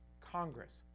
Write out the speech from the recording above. Congress